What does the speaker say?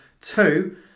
two